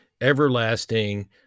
everlasting